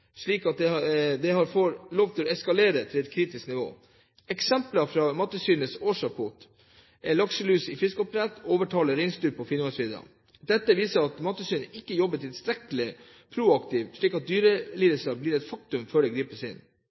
slik at dette har fått lov til å eskalere til et kritisk nivå. Eksempler fra Mattilsynets årsrapport er lakselus i fiskeoppdrett og overtallige reinsdyr på Finnmarksvidda. Dette viser at Mattilsynet ikke jobber tilstrekkelig proaktivt, slik at dyrelidelser blir et faktum før det gripes inn.